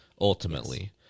ultimately